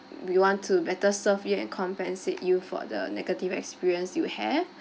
we want to better serve you and compensate you for the negative experience you have